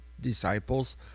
disciples